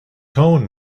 tone